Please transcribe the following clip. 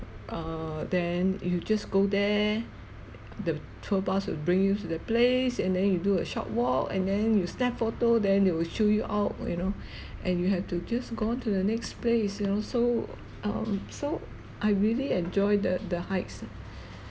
err then you just go there the tour bus will bring you to that place and then you do a short walk and then you snap photo then they will show you out you know and you have to just go on to the next place you know so um so I really enjoy the the hikes